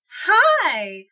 hi